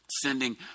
sending